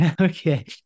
Okay